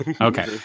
okay